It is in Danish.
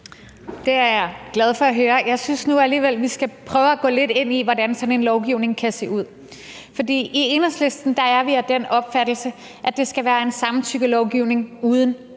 Det er jeg glad for at høre. Jeg synes nu alligevel, vi skal prøve at gå lidt ind i, hvordan sådan en lovgivning kan se ud. I Enhedslisten er vi af den opfattelse, at det skal være en samtykkelovgivning uden